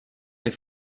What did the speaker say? les